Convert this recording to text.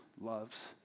loves